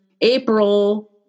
April